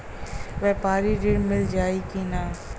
व्यापारी ऋण मिल जाई कि ना?